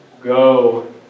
go